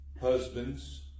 Husbands